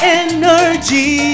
energy